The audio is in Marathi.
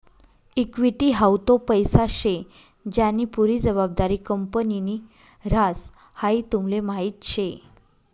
इक्वीटी हाऊ तो पैसा शे ज्यानी पुरी जबाबदारी कंपनीनि ह्रास, हाई तुमले माहीत शे